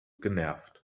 genervt